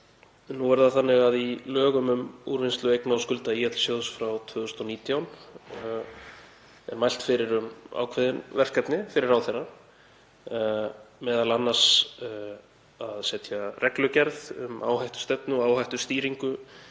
Nú er það þannig að í lögum um úrvinnslu eigna og skulda ÍL-sjóðs frá 2019 er mælt fyrir um ákveðin verkefni fyrir ráðherra, m.a. að setja reglugerð um áhættustefnu og áhættustýringu